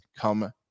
come